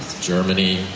Germany